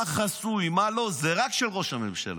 מה חסוי ומה לא זה רק של ראש הממשלה.